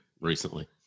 recently